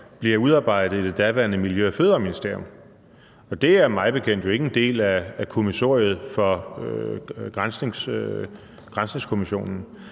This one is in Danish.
bliver udarbejdet i det daværende Miljø- og Fødevareministerium. Det er mig bekendt jo ikke en del af kommissoriet for granskningskommissionen.